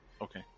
okay